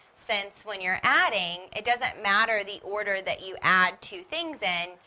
since when you're adding, it doesn't matter the order that you add two things in,